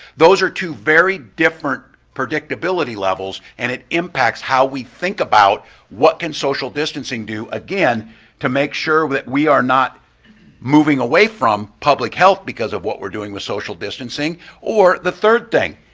those are two very different predictability levels and it impacts how we think about what can social distancing do again to make sure that we are not moving away from bubble health because of what we're doing with social distancing or the third thing,